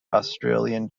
australian